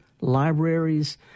libraries